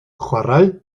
chwarae